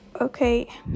Okay